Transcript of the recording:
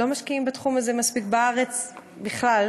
לא משקיעים בתחום הזה מספיק בארץ בכלל.